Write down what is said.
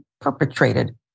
perpetrated